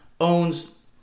owns